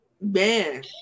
Man